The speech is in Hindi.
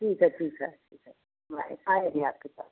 ठीक है ठीक है ठीक है हम आए आएँगे आपके पास